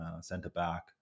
center-back